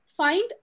find